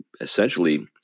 essentially